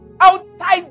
outside